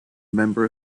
member